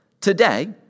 today